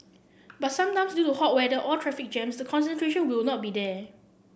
but sometimes due to hot weather or traffic jams the concentration will not be there